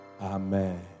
Amen